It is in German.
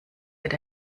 wird